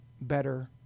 better